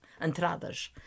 entradas